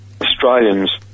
Australians